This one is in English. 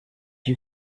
you